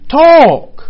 talk